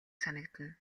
санагдана